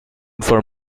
for